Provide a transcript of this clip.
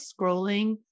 scrolling